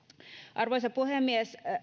arvoisa puhemies